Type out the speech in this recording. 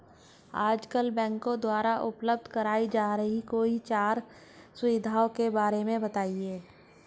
आजकल बैंकों द्वारा उपलब्ध कराई जा रही कोई चार सुविधाओं के बारे में बताइए?